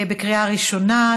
בקריאה ראשונה,